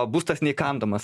būstas neįkandamas